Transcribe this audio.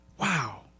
Wow